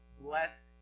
blessed